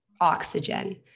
oxygen